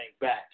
back